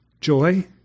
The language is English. joy